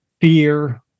Fear